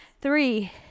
three